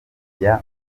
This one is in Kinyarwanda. ajya